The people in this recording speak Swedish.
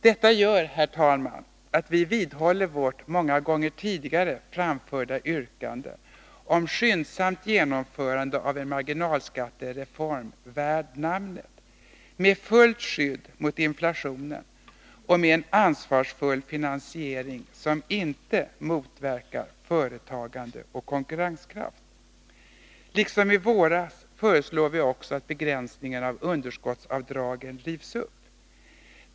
Detta gör, herr talman, att vi vidhåller vårt många gånger tidigare framförda yrkande om skyndsamt genomförande av en marginalskattereform värd namnet, med fullt skydd mot inflationen och med en ansvarsfull finansiering som inte motverkar företagande och konkurrenskraft. Liksom i våras föreslår vi också att begränsningen av underskottsavdragen tas bort.